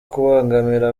kubangamira